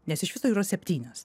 nes iš viso yra septynios